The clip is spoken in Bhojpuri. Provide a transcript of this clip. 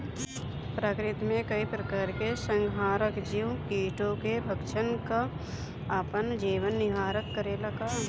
प्रकृति मे कई प्रकार के संहारक जीव कीटो के भक्षन कर आपन जीवन निरवाह करेला का?